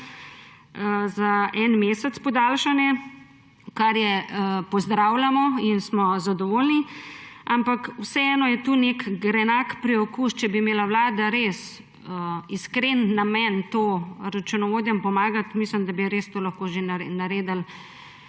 za en mesec, kar pozdravljamo in smo zadovoljni. Ampak vseeno je tukaj nek grenak priokus. Če bi imela vlada res iskren namen računovodjem pomagati, mislim, da bi to res že lahko naredili